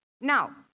Now